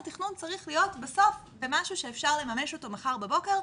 התכנון צריך להיות בסוף במשהו שאפשר לממש אותו מחר בבוקר,